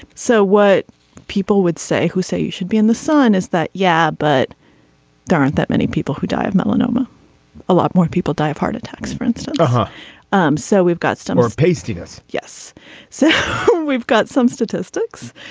so what people would say who say you should be in the sun is that. yeah but there aren't that many people who die of melanoma a lot more people die of heart attacks for instance. but um so we've got some more pasty deaths. yes sir we've got some statistics.